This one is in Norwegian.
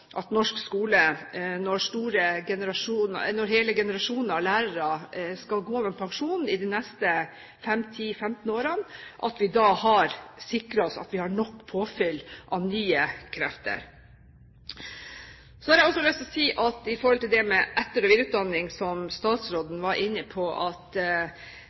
at norsk skole – når hele generasjoner av lærere skal gå av med pensjon de neste 5–10–15 årene – har nok påfyll av nye krefter. Så har jeg også lyst til å si at vi med tanke på etter- og videreutdanning, som statsråden var inne på,